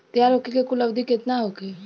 तैयार होखे के कुल अवधि केतना होखे?